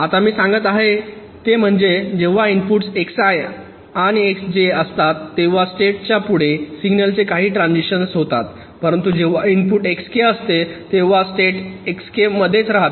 आता मी सांगत आहे ते म्हणजे जेव्हा इनपुट्स Xi आणि Xj असतात तेव्हा स्टेट्स च्या पुढे सिग्नलचे काही ट्रान्झिशन होतात परंतु जेव्हा इनपुट Xk असते तेव्हा स्टेट Xk मध्येच राहते